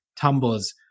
tumbles